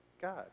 God